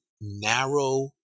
narrow